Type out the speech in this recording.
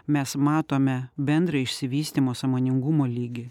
mes matome bendrą išsivystymo sąmoningumo lygį